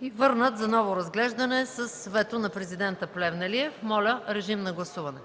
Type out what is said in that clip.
и върнат за ново разглеждане с вето на президента Плевнелиев. Моля, гласувайте.